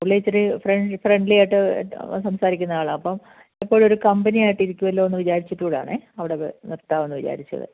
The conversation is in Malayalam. പുള്ളി ഇച്ചിരി ഫ്രൺ ഫ്രണ്ട്ലി ആയിട്ട് സംസാരിക്കുന്ന ആളാണ് അപ്പം എപ്പോഴും ഒരു കമ്പനി ആയിട്ട് ഇരിക്കൂല്ലോ എന്നൂടെ വിചാരിച്ചിട്ടൂടാണ് അവിടെ നിർത്താവെന്ന് വിചാരിച്ചത്